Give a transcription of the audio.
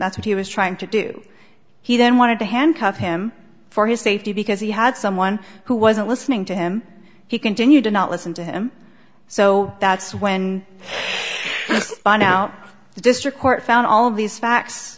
that's what he was trying to do he then wanted to handcuff him for his safety because he had someone who wasn't listening to him he continued to not listen to him so that's when by now the district court found all of these facts